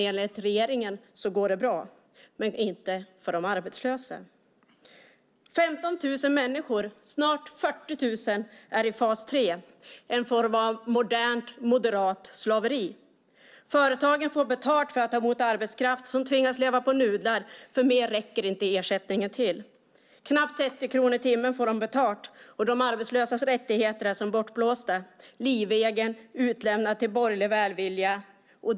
Enligt regeringen går det bra - men inte för de arbetslösa. Nu är 15 000 människor - snart 40 000 - i fas 3, en form av modernt moderat slaveri. Företagen får betalt för att ta emot arbetskraft som tvingas leva på nudlar - mer räcker inte ersättningen till. Knappt 30 kronor i timmen får de betalt. De arbetslösas rättigheter är som bortblåsta. De är livegna och utlämnade till borgerlig välvilja.